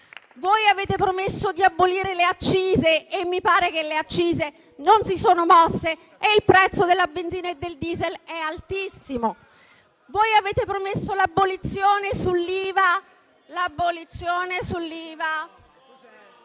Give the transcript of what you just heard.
Avete promesso di abolire le accise e mi pare che le accise non si siano mosse: il prezzo della benzina e del *diesel* è altissimo. *(Commenti)*. Avete promesso l'abolizione dell'IVA